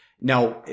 Now